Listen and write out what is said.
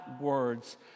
words